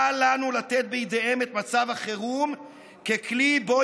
אל לנו לתת בידיהם את מצב החירום ככלי שבו